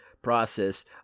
process